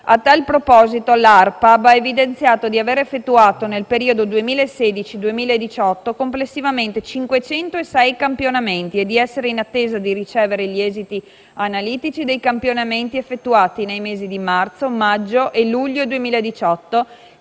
A tal proposito, l'ARPAB ha evidenziato di aver effettuato, nel periodo 2016-2018, complessivamente 506 campionamenti e di essere in attesa di ricevere gli esiti analitici dei campionamenti effettuati nei mesi di marzo, maggio e luglio 2018